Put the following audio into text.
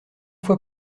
fois